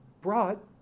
brought